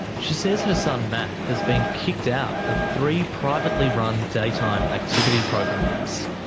she says her son matt has been kicked out of three privately-run daytime activity programs.